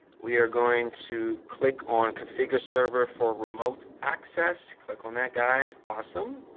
we are going to click on configure server for remote access click on that guy. awesome.